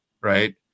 right